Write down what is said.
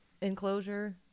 enclosure